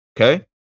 Okay